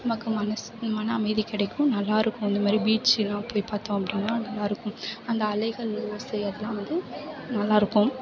நமக்கு மனசு மன அமைதி கிடைக்கும் நல்லா இருக்கும் இந்த மாதிரி பீச்செலாம் போய் பார்த்தோம் அப்படினா நல்லா இருக்கும் அந்த அலைகள் ஓசை அதெலாம் வந்து நல்லா இருக்கும்